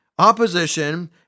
opposition